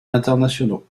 internationaux